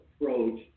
approach